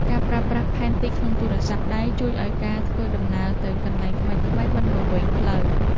ការប្រើប្រាស់ផែនទីក្នុងទូរស្ទព្ទដៃ ជួយឱ្យការធ្វើដំណើរទៅកន្លែងថ្មីៗមិនវង្វេងផ្លូវ។